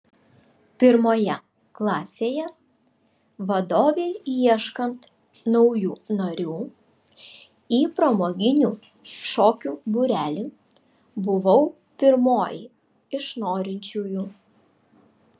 pirmoje klasėje vadovei ieškant naujų narių į pramoginių šokių būrelį buvau pirmoji iš norinčiųjų